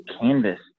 canvas